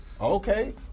Okay